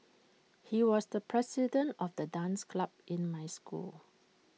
he was the president of the dance club in my school